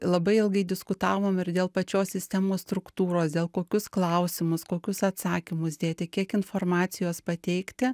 labai ilgai diskutavom ir dėl pačios sistemos struktūros dėl kokius klausimus kokius atsakymus dėti kiek informacijos pateikti